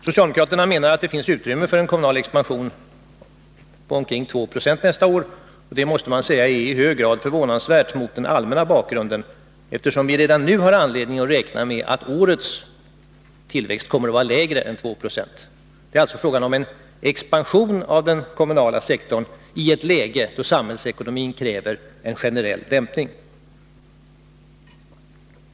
Socialdemokraterna menar att det finns utrymme för en kommunal expansion på omkring 2 70 nästa år. Det måste man säga är i hög grad förvånansvärt, mot den allmänna bakgrund som föreligger, eftersom vi redan nu har anledning att räkna med att årets tillväxt kommer att vara lägre än 2 Jo. Det är alltså fråga om en expansion av den kommunala sektornii ett läge då samhällsekonomin kräver en generell dämpning.